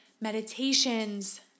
meditations